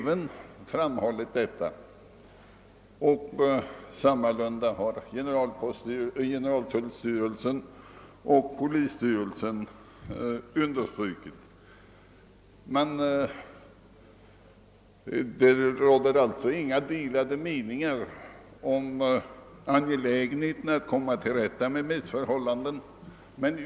Generaltullstyrelsen och rikspolisstyrelsen har också understrukit detta. Det råder alltså inga delade meningar om angelägenheten av att komma till rätta med missförhållandena.